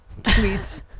tweets